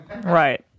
Right